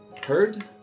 Heard